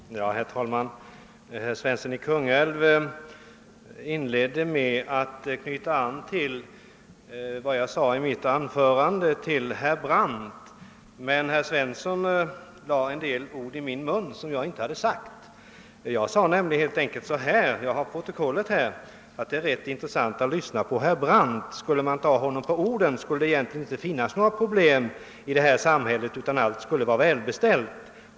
Herr talman! Herr Svensson i Kungälv inledde med att knyta an till vad jag sade till herr Brandt tidigare, men herr Svensson lade en del ord i min mun som jag inte hade yttrat. Jag har protokollet här, och jag sade att det är rätt intressant att lyssna på herr Brandt. Skulle man ta honom på orden, skulle det egentligen inte finnas några problem i det här samhället, utan allt skulle vara väl beställt.